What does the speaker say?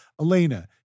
Elena